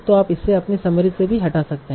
तो आप इसे अपने समरी से भी हटा सकते हैं